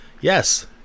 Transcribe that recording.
Yes